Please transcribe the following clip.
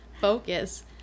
focus